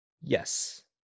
Yes